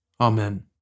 Amen